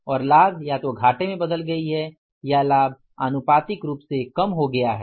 और लाभ या तो घाटे में बदल गई है या लाभ आनुपातिक रूप से कम हो गया है